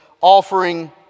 offering